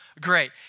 great